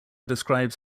describes